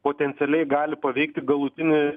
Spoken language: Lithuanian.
potencialiai gali paveikti galutinį